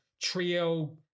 trio